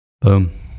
Boom